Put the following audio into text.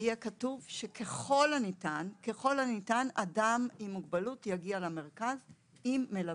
יהיה כתוב "ככל הניתן אדם עם מוגבלות יגיע למרכז עם מלווה".